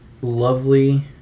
lovely